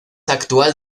actual